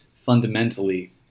fundamentally